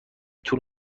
طول